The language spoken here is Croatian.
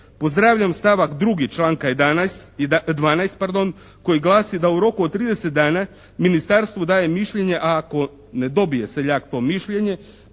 Pozdravljam stavak 2. članka 12. koji glasi da u roku od 30 dana ministarstvu daje mišljenje, a ako ne dobije seljak to mišljenje,